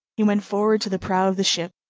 he went forward to the prow of the ship,